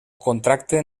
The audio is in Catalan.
contracte